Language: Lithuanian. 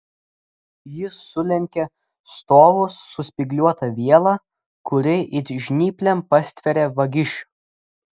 ji sulenkia stovus su spygliuota viela kuri it žnyplėm pastveria vagišių